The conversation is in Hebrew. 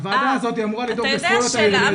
הוועדה הזאת אמורה לדאוג לזכויות הילד.